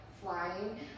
flying